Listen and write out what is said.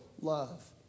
love